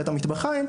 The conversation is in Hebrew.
בית המטבחיים,